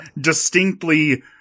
distinctly